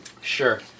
Sure